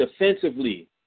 defensively